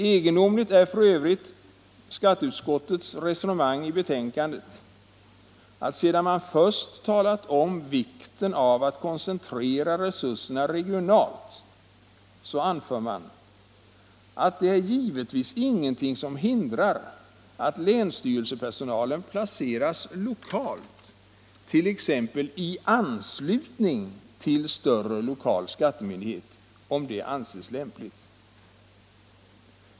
Det är f. ö. egendomligt att skatteutskottet sedan det först talat om vikten av att koncentrera resurserna regionalt anför att ”det är givetvis ingenting som hindrar att länsstyrelsepersonalen placeras lokalt, t.ex. i anslutning till större lokal skattemyndighet om det anses lämpligt”.